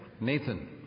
Nathan